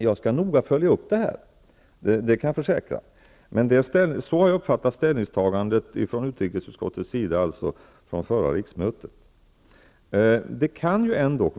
Jag skall noga följa upp detta, det kan jag försäkra, men så har jag uppfattat ställningstagandet vid förra riksmötet från utrikesutskottets sida.